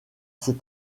ses